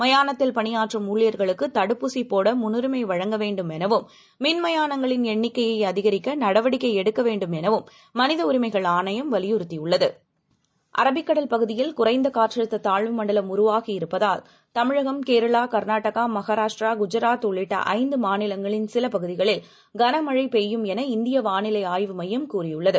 மயானத்தில்பணியாற்றும்ஊழியர்களுக்குதடுப்பூசிபோடமுன்னுரிமைவழங்க வேண்டும்எனவும்மின்மயானங்களின்எண்ணிக்கையைஅதிகரிக்கநடவடிக் கைஎடுக்கவேண்டும்எனவும்மனிதஉரிமைகள்ஆணையம்வலியுறுத்தியுள்ளது அரபிக்கடல்பகுதியில் குறைந்தகாற்றழுத்ததாழ்வுமண்டலம்உருவாகிஇருப்பதால் தமிழகம் கேரளா கர்நாடகா மஹாராஷ்டிரா குஜராத்உள்ளிட்டஐந்துமாநிலங்களுக்குஉட்பட்டசிலபகுதிகளில்கனமழை பெய்யும்எனஇந்தியவானிலைஆய்வுமையம்கூறியுள்ளது